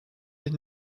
est